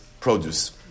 produce